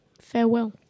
Farewell